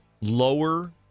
lower